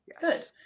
Good